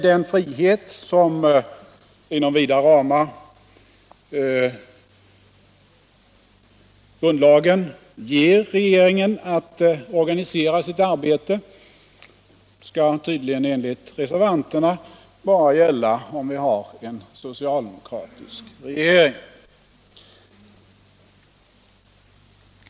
Den frihet att inom vida ramar organisera sitt arbete som grundlagen ger en regering skall tydligen, enligt reservanterna, bara gälla om vi har en socialdemokratisk regering.